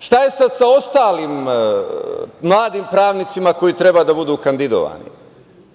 je sa ostalim mladim pravnicima koji treba da budu kandidovani?